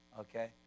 okay